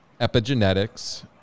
epigenetics